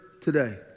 today